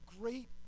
great